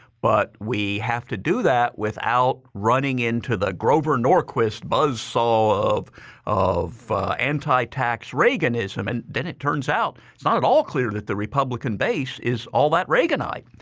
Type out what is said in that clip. but we have to do that without running into the grover norquist buzz saw of of anti-tax reaganism. and then it turns out it's not at all clear that the republican base is all that reaganite.